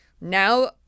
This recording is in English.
Now